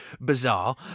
bizarre